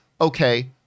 okay